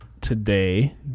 today